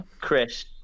Chris